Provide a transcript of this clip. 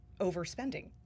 overspending